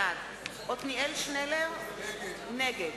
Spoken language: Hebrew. בעד עתניאל שנלר, נגד